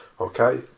okay